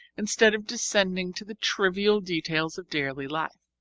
instead of descending to the trivial details of daily life.